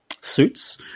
Suits